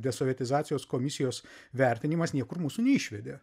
desovietizacijos komisijos vertinimas niekur mūsų neišvedė